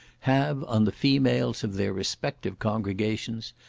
have on the females of their respective congregations,